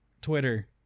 Twitter